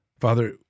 Father